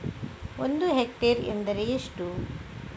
ಒಂದು ಹೆಕ್ಟೇರ್ ಎಂದರೆ ಎಷ್ಟು?